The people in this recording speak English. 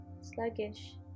sluggish